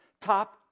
top